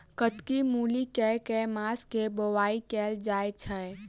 कत्की मूली केँ के मास मे बोवाई कैल जाएँ छैय?